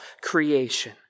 creation